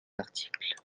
article